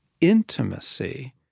intimacy